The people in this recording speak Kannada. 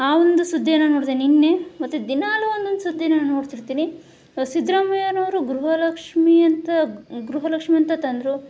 ಆ ಒಂದು ಸುದ್ದಿಯನ್ನು ನೋಡಿದೆ ನಿನ್ನೆ ಮತ್ತೆ ದಿನಾಲೂ ಒಂದೊಂದು ಸುದ್ದಿನ ನಾನು ನೋಡ್ತಿರ್ತೀನಿ ಸಿದ್ದರಾಮಯ್ಯನವರು ಗೃಹಲಕ್ಷ್ಮೀಯಂತ ಗೃಹಲಕ್ಷ್ಮೀ ಅಂತ ತಂದರು